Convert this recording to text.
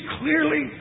clearly